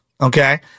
Okay